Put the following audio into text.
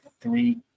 three